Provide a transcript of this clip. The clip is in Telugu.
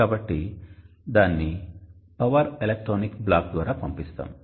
కాబట్టి దానిని పవర్ ఎలక్ట్రానిక్ బ్లాక్ ద్వారా పంపిస్తాము